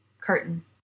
Curtain